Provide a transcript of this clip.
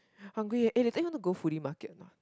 hungry eh later you want to go foodie market or not